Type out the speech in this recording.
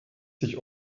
sich